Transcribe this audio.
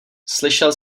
slyšel